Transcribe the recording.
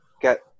get